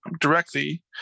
directly